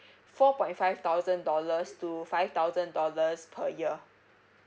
four point five thousand dollars to five thousand dollars per year